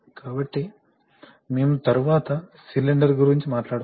కాబట్టి మేము తరువాత సిలిండర్ గురించి మాట్లాడవచ్చు